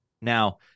Now